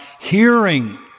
hearing